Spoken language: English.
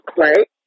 right